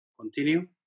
Continue